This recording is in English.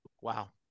Wow